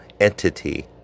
entity